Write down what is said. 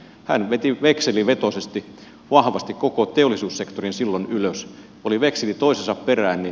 hän veti vekselivetoisesti vahvasti koko teollisuussektorin silloin ylös oli vekseli toisensa perään